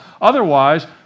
Otherwise